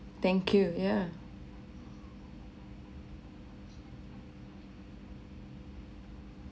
thank you yeah